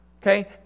okay